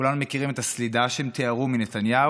כולנו מכירים את הסלידה שהם תיארו מנתניהו